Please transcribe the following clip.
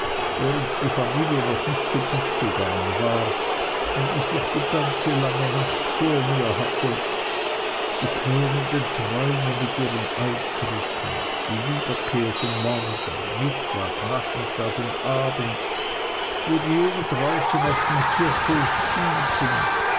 während die familie noch nicht zu bett gegangen war und ich noch die ganze lange nacht vor mir hatte die quälenden träume mit ihrem alpdrücken die wiederkehr von morgen mittag nachmittag und abend wo die jungen draußen auf dem kirchhof spielten